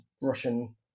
Russian